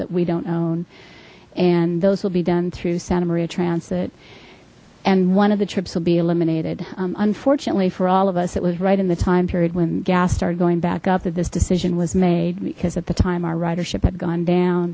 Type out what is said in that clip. that we don't own and those will be done through santa maria transit and one of the trips will be eliminated unfortunately for all of us it was right in the time period when gas start going back up that this decision was made because at the time our ridership had gone down